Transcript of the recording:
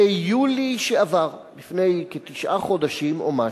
ביולי שעבר, לפני כתשעה חודשים או משהו,